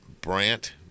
Brant